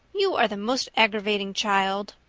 you are the most aggravating child!